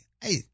hey